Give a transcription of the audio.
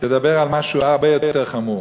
לדבר על משהו הרבה יותר חמור.